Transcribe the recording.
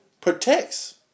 protects